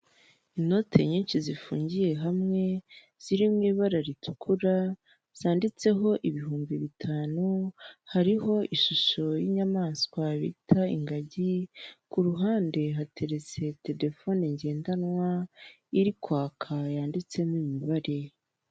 Inoti nyinshi zifungiye hamwe ziri mu ibara ritukura zanditseho ibihumbi bitanu, hariho ishusho y'inyamaswa bita ingagi, ku ruhande hateretse telephone ngendanwa iri kwaka yanditsemo imibare.